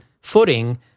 footing